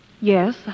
Yes